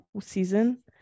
season